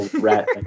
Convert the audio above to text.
rat